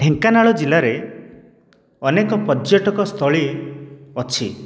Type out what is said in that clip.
ଢେଙ୍କାନାଳ ଜିଲ୍ଲା ରେ ଅନେକ ପର୍ଯ୍ୟଟକ ସ୍ଥଳୀ ଅଛି